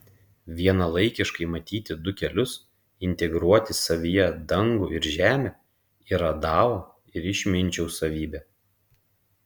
vienalaikiškai matyti du kelius integruoti savyje dangų ir žemę yra dao ir išminčiaus savybė